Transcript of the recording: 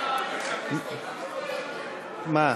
מה?